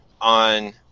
on